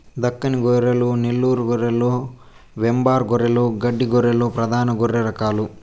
దక్కని గొర్రెలు, నెల్లూరు గొర్రెలు, వెంబార్ గొర్రెలు, గడ్డి గొర్రెలు ప్రధాన గొర్రె రకాలు